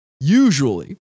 usually